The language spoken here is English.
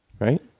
Right